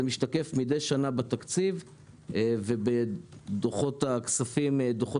זה משתקף מידי שנה בתקציב ובדוחות הביצוע.